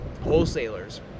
wholesalers